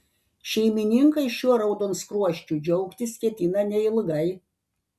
šeimininkai šiuo raudonskruosčiu džiaugtis ketina neilgai